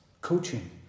Coaching